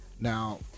Now